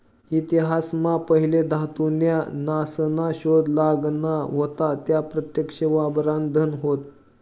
इतिहास मा पहिले धातू न्या नासना शोध लागना व्हता त्या प्रत्यक्ष वापरान धन होत